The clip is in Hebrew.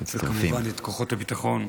וכמובן של כוחות הביטחון,